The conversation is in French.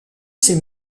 ses